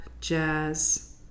jazz